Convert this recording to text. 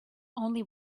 only